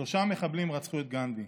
שלושה מחבלים רצחו את גנדי,